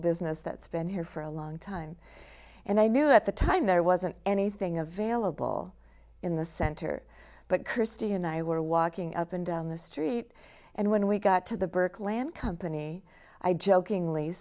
business that's been here for a long time and i knew at the time there wasn't anything available in the center but kirstie and i were walking up and down the street and when we got to the burke land company i jokingly